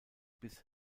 bis